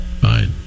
Fine